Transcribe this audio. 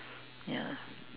ya